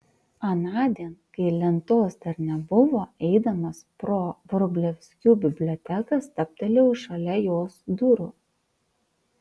anądien kai lentos dar nebuvo eidamas pro vrublevskių biblioteką stabtelėjau šalia jos durų